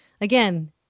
again